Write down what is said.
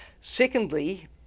Secondly